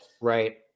Right